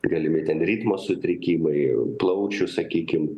galimi ten ritmo sutrikimai plaučių sakykim